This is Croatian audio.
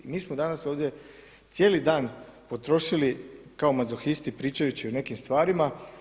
Mi smo danas ovdje cijeli dan potrošili kao mazohisti pričajući o nekim stvarima.